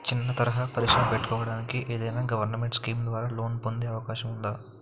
చిన్న తరహా పరిశ్రమ పెట్టుకోటానికి ఏదైనా గవర్నమెంట్ స్కీం ద్వారా లోన్ పొందే అవకాశం ఉందా?